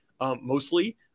mostly